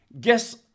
guess